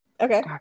Okay